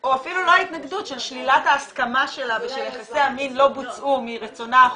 או אפילו של שלילת ההסכמה שלה ושיחסי המין לא בוצעו מרצונה החופשי,